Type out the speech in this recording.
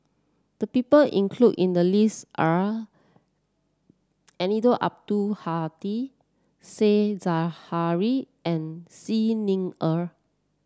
the people include in the list are Eddino Abdul Hadi Said Zahari and Xi Ni Er